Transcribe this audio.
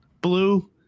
blue